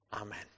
Amen